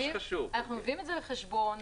אנחנו מביאים את זה בחשבון.